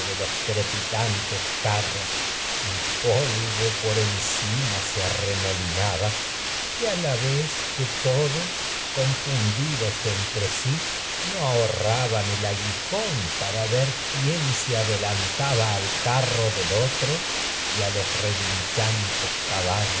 los crepitantes carros que el polvo por encima se arremolinaba y a la el vez todos confundidos entre rraban del la aguijón a para ver quién se adelantaba al otro y los relinchantes caballos